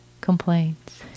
complaints